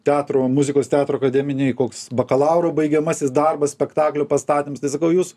teatro muzikos teatro akademinėj koks bakalauro baigiamasis darbas spektaklių pastatymas tai sakau jūs